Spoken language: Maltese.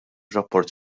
rapport